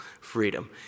freedom